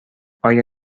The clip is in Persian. آیا